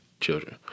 children